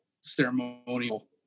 ceremonial